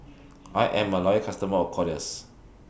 I Am A Loyal customer of Kordel's